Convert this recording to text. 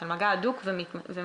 של מגע הדוק וממושך.